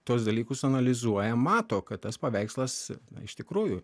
tuos dalykus analizuoja mato kad tas paveikslas iš tikrųjų